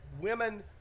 women